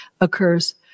occurs